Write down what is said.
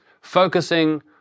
Focusing